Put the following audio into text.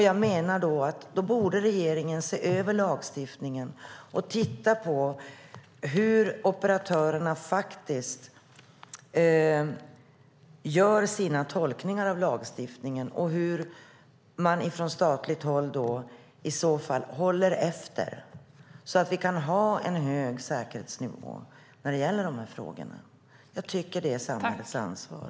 Jag menar att regeringen borde se över lagstiftningen och titta på hur operatörerna faktiskt gör sina tolkningar av lagstiftningen och hur man från statligt håll håller efter så att vi kan ha en hög säkerhetsnivå när det gäller de här frågorna. Jag tycker att det är samhällets ansvar.